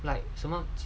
like 什么